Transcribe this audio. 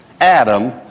Adam